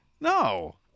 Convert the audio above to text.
No